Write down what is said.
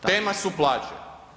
Tema su plaće.